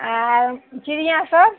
और चिड़ियाँ सब